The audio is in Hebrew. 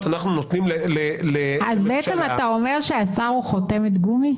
אנחנו נותנים לממשלה --- אתה אומר שהשר הוא חותמת גומי?